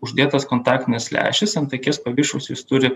uždėtas kontaktinis lęšis ant akies paviršiaus jis turi